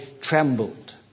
trembled